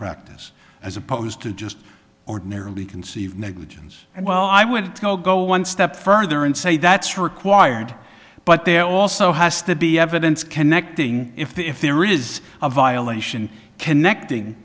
practice as opposed to just ordinarily conceive negligence and well i would go one step further and say that's required but there also has to be evidence connecting if there is a violation connecting